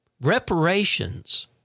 Reparations